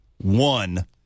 one